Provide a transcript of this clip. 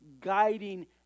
guiding